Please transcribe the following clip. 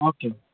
okay